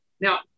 Now